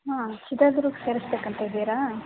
ಹಾಂ ಚಿತ್ರದುರ್ಗ ಸೇರಿಸಬೇಕಂತ ಇದ್ದೀರಾ